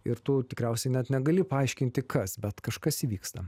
ir tu tikriausiai net negali paaiškinti kas bet kažkas įvyksta